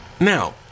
Now